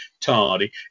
tardy